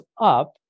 up